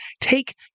take